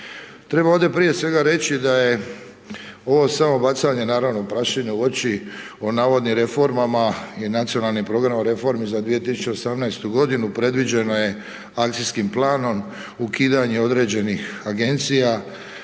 Treba ovdje prije svega reći da je ovo samo bacanje naravno prašine u oči o navodnim reformama i nacionalnim programom reformi za 2018. godinu, predviđeno je akcijskim planom ukidanje određenih agencija